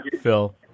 phil